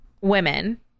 women